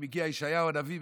מגיע ישעיהו הנביא,